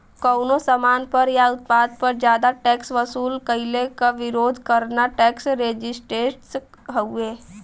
कउनो सामान पर या उत्पाद पर जादा टैक्स वसूल कइले क विरोध करना टैक्स रेजिस्टेंस हउवे